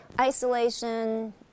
isolation